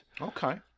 Okay